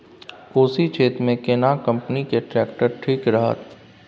कोशी क्षेत्र मे केना कंपनी के ट्रैक्टर ठीक रहत?